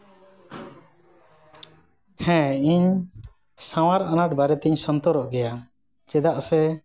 ᱦᱮᱸ ᱤᱧ ᱥᱟᱶᱟᱨ ᱟᱱᱟᱴ ᱵᱟᱨᱮᱛᱤᱧ ᱥᱚᱱᱛᱚᱨᱚᱜ ᱜᱮᱭᱟ ᱪᱮᱫᱟᱜ ᱥᱮ